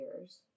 years